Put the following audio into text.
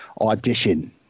audition